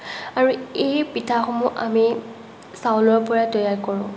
আৰু এই পিঠাসমূহ আমি চাউলৰ পৰাই তৈয়াৰ কৰোঁ